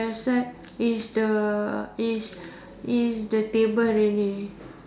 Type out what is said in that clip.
except it's the it's it's the table already